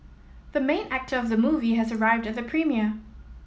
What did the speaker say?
the main actor of the movie has arrived at the premiere